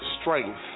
strength